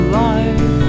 life